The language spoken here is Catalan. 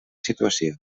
situació